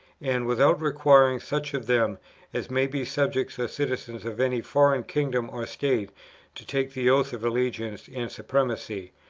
and. without requiring such of them as may be subjects or citizens of any foreign kingdom or state to take the oaths of allegiance and supremacy,